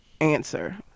answer